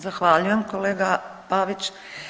Zahvaljujem kolega Pavić.